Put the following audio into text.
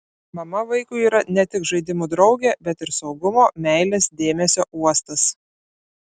mama vaikui yra ne tik žaidimų draugė bet ir saugumo meilės dėmesio uostas